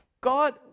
God